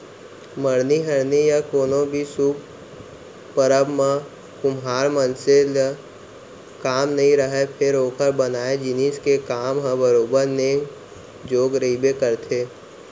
मरनी हरनी या कोनो भी सुभ परब म कुम्हार मनसे ले काम नइ रहय फेर ओकर बनाए जिनिस के काम ह बरोबर नेंग जोग रहिबे करथे